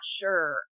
sure